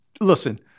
Listen